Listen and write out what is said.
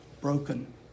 Broken